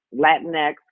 Latinx